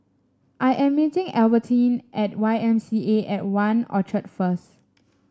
I am meeting Albertine at Y M C A At One Orchard first